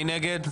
מי נגד?